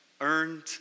earned